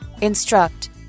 Instruct